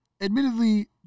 admittedly